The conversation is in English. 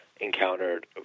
encountered